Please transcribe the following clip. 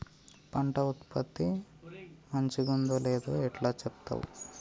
పంట ఉత్పత్తి మంచిగుందో లేదో ఎట్లా చెప్తవ్?